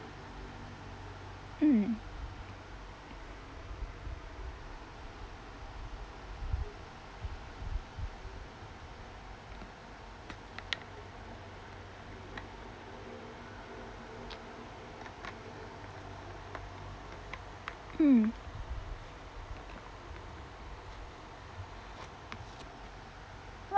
mm mm